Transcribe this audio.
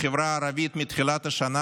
בחברה הערבית מתחילת השנה,